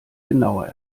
genauer